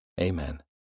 Amen